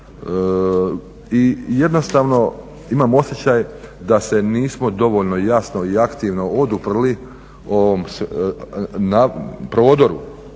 Jednostavno imam osjećaj da se nismo dovoljno jasno i aktivno oduprli ovom prodoru,